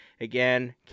again